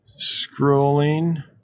Scrolling